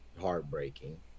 heartbreaking